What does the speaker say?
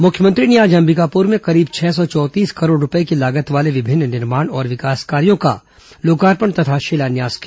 मुख्यमंत्री ने आज अंबिकापुर में करीब छह सौ चौंतीस करोड़ रूपए की लागत वाले विभिन्न निर्माण और विकास कार्यों का लोकार्पण तथा शिलान्यास किया